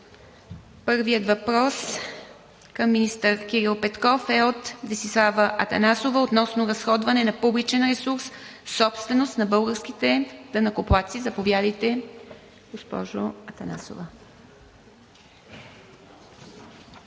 Първият въпрос към министър Кирил Петков е от Десислава Атанасова относно разходване на публичен ресурс, собственост на българските данъкоплатци. Заповядайте, госпожо Атанасова.